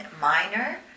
minor